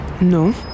No